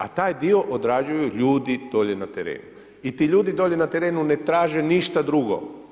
A taj dio odrađuju ljudi dolje na terenu i ti ljudi dole na terenu ne traže ništa drugo.